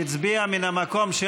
בהזדמנות זו